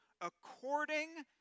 according